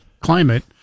climate